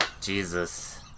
jesus